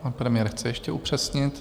Pan premiér chce ještě upřesnit.